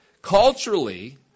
Culturally